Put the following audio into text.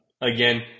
Again